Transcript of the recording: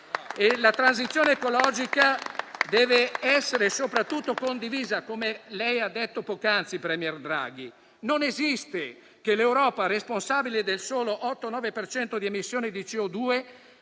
La transizione ecologica deve essere soprattutto condivisa, come lei ha detto poc'anzi, presidente Draghi. Non esiste che l'Europa, responsabile del solo 8-9 per cento di emissioni di CO2,